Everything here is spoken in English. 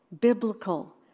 biblical